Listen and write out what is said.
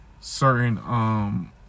certain